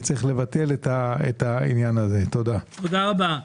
תודה רבה.